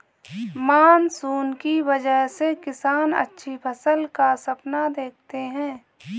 monsoon की वजह से किसान अच्छी फसल का सपना देखते हैं